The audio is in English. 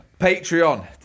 Patreon